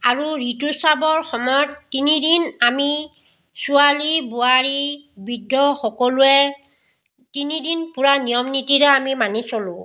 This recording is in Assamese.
আৰু ঋতুস্ৰাৱৰ সময়ত তিনিদিন আমি ছোৱালী বোৱাৰী বৃদ্ধ সকলোৱে তিনিদিন পুৰা নিয়ম নীতিৰে আমি মানি চলোঁ